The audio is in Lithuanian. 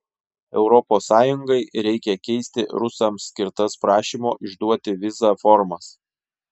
europos sąjungai reikia keisti rusams skirtas prašymo išduoti vizą formas